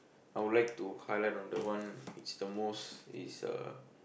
I would like to highlight on the one which the most which is uh